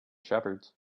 shepherds